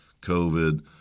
COVID